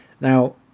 Now